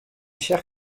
chers